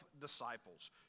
disciples